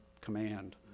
command